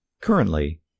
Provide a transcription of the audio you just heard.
Currently